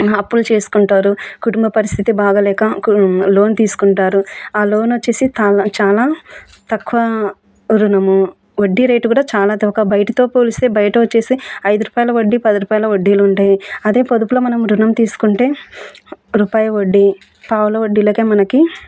అప్పులు చేసుకుంటారు కుటుంబ పరిస్థితి బాగాలేక లోన్ తీసుకుంటారు ఆ లోన్ వచ్చేసి చాల చాలా తక్కువ రుణము వడ్డీ రేటు కూడా చాలా తక్కువ బయటితో పోలిస్తే బయట వచ్చేసి ఐదు రూపాయల వడ్డీ పది రూపాయల వడ్డీలు ఉంటాయి అదే పొదుపులో మనం రుణం తీసుకుంటే రూపాయ వడ్డీ పావలా వడ్డీకే మనకి